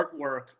artwork